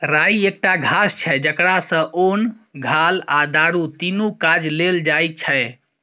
राइ एकटा घास छै जकरा सँ ओन, घाल आ दारु तीनु काज लेल जाइ छै